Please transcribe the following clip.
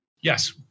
Yes